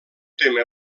tema